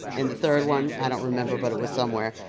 and the third one i don't remember but it was somewhere.